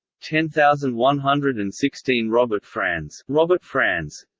ten thousand one hundred and sixteen robertfranz robertfranz